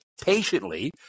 patiently